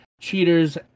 cheaters